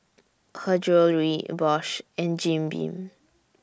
Her Jewellery Bosch and Jim Beam